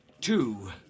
two